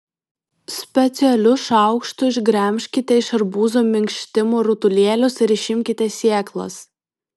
specialiu šaukštu išgremžkite iš arbūzo minkštimo rutulėlius ir išimkite sėklas